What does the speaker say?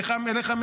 אליך,